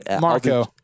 Marco